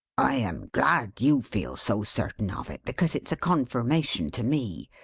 i am glad you feel so certain of it, because it's a confirmation to me.